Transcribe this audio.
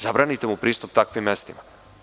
Zabranite mu pristup takvim mestima.